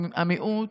המיעוט,